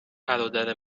برادر